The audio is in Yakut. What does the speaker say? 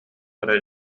эрэ